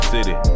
City